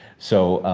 so,